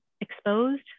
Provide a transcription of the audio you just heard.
exposed